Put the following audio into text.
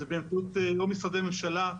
זה לא באמצעות משרדי ממשלה,